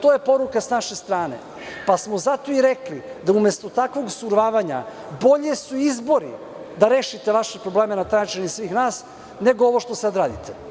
To je poruka sa naše strane, pa smo zato i rekli da umesto takvog survavanja bolji su izbori da rešite vaše probleme na taj način i svih nas, nego ovo što sada radite.